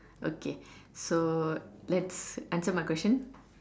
okay so let's answer my question